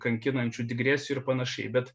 kankinančių digresijų ir panašiai bet